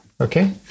Okay